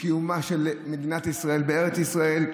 לקיומה של מדינת ישראל בארץ ישראל,